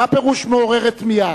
מה פירוש "מעוררת תמיהה"?